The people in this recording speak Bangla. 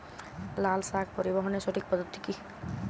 লালশাক পরিবহনের সঠিক পদ্ধতি কি?